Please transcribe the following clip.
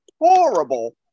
horrible